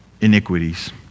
iniquities